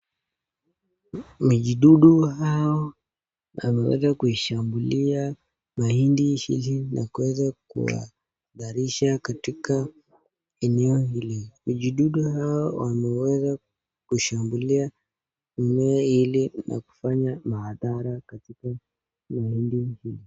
Mijidudu hao wameweza kuishambulia mahindi hii na kuweza kuhadharisha katika mimea hili. Mijidudu hao wameweza kuishambulia mimea hili na kufanya madhara katika mahindi hii.